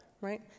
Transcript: right